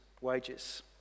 wages